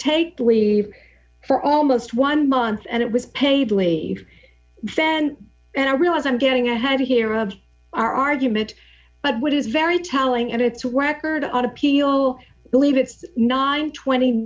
take leave for almost one month and it was paid leave then and i realize i'm getting ahead here of our argument but what is very telling and it's record appeal believe it's not in twenty